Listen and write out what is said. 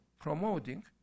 promoting